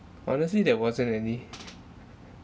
honestly there wasn't any